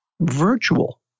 virtual